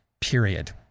period